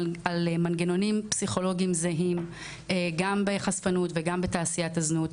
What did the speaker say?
מנגנונים פסיכולוגים זהים גם בחשפנות וגם בתעשיית הזנות.